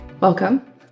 Welcome